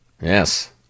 Yes